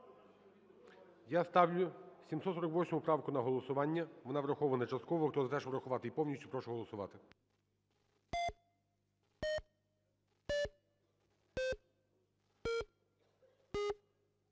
Я ставлю 748 правку на голосування. Вона врахована частково. Хто за те, щоб врахувати її повністю, прошу голосувати.